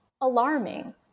alarming